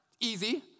Easy